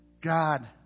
God